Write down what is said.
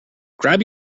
grab